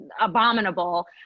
abominable